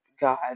God